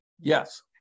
yes